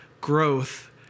growth